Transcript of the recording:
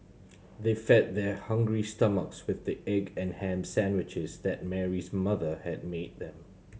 they fed their hungry stomachs with the egg and ham sandwiches that Mary's mother had made them